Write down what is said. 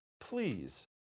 Please